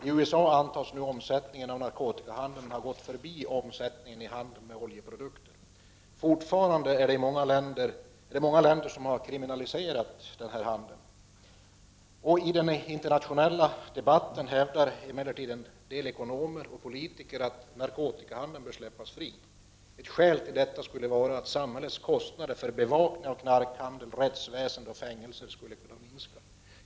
I USA antas omsättningen av narkotikahandeln ha gått förbi omsättningen i handeln med oljeprodukter. I många länder är denna handel fortfarande kriminell. I den internationella debatten hävdar emellertid en del ekonomer och politiker att narkotikahandeln bör släppas fri. Ett skäl till detta skulle vara att samhällets kostnader för bevakning av knarkhandel, rättsväsende och fängelse skulle kunna minska.